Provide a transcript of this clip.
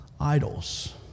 idols